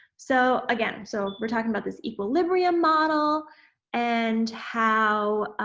so again so we're talking about this equilibrium model and how